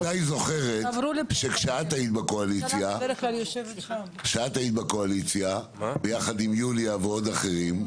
את בוודאי זוכרת שכאשר את היית בקואליציה ביחד עם יוליה ועוד אחרים,